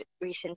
recent